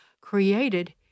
created